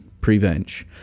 prevenge